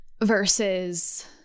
versus